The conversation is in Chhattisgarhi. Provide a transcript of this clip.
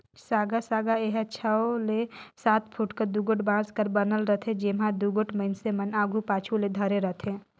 साँगा साँगा एहर छव ले सात फुट कर दुगोट बांस कर बनल रहथे, जेम्हा दुगोट मइनसे मन आघु पाछू ले धरे रहथे